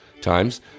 times